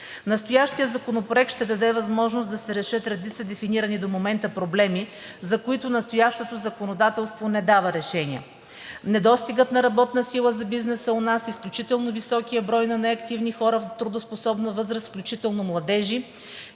Настоящият законопроект ще даде възможност да се решат редица дефинирани до момента проблеми, за които настоящото законодателство не дава решения – недостигът на работна сила за бизнеса у нас, изключително високият брой на неактивни хора в трудоспособна възраст, включително младежи,